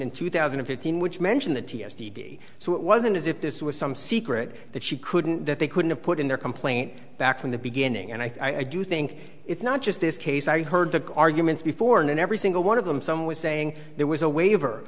and two thousand and fifteen which mention the t s t v so it wasn't as if this was some secret that she couldn't that they couldn't put in their complaint back from the beginning and i do think it's not just this case i heard the arguments before and every single one of them some was saying there was a waiver